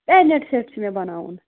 pendant set چھُ مےٚ بَناوُن